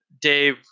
Dave